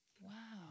Wow